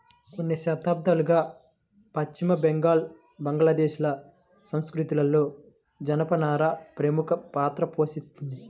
కొన్ని శతాబ్దాలుగా పశ్చిమ బెంగాల్, బంగ్లాదేశ్ ల సంస్కృతిలో జనపనార ప్రముఖ పాత్ర పోషించింది